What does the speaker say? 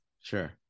Sure